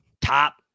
top